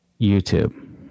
YouTube